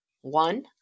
One